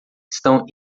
estão